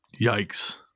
yikes